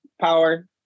power